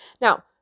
Now